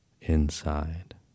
inside